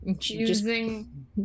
Using